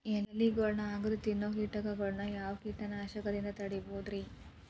ಎಲಿಗೊಳ್ನ ಅಗದು ತಿನ್ನೋ ಕೇಟಗೊಳ್ನ ಯಾವ ಕೇಟನಾಶಕದಿಂದ ತಡಿಬೋದ್ ರಿ?